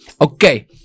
okay